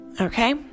Okay